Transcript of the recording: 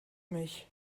mich